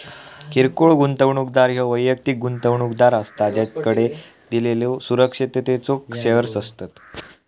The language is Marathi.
किरकोळ गुंतवणूकदार ह्यो वैयक्तिक गुंतवणूकदार असता ज्याकडे दिलेल्यो सुरक्षिततेचो शेअर्स असतत